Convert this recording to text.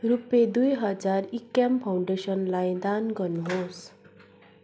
रुपियाँ दुई हजार इक्याम फउन्डेसनलाई दान गर्नुहोस्